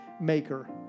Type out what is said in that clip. maker